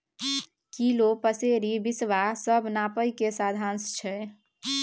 kilo, पसेरी, बिसवा सब नापय केर साधंश छै